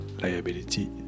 Liability